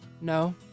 No